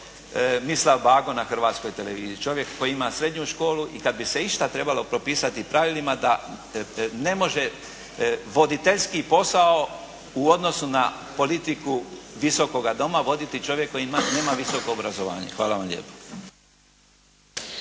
Mislav Bago na Hrvatskoj televiziji čovjek koji ima srednju školu i kad bi se išta trebalo propisati pravilima da ne može voditeljski posao u odnosu na politiku Visokoga doma voditi čovjek koji nema visoko obrazovanje. Hvala vam lijepo.